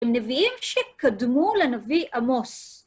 הם נביאים שקדמו לנביא עמוס.